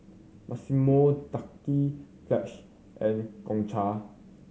Massimo Dutti Pledge and Gongcha